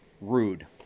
rude